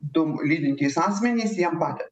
du lydintys asmenys jiem pade